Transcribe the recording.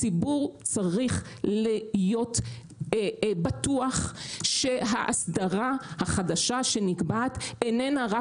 הציבור צריך להיות בטוח שהאסדרה החדשה שנקבעת איננה רק